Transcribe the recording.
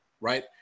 right